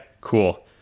cool